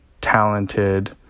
talented